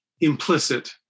implicit